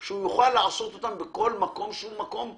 שהוא יוכל לעשות בכל מקום שהוא מקום מוסמך.